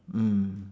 mm